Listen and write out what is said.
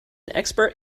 expert